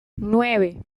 nueve